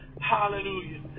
Hallelujah